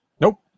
Nope